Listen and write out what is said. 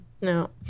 No